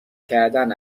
کردن